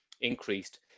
increased